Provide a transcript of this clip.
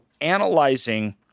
analyzing